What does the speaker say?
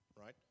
right